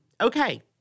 Okay